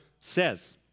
says